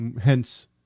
hence